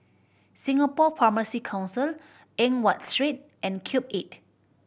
Singapore Pharmacy Council Eng Watt Street and Cube Eight